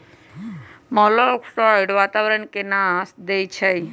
मोलॉक्साइड्स वातावरण के नाश देई छइ